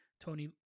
Tony